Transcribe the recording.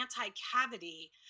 anti-cavity